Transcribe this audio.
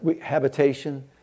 habitation